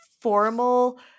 formal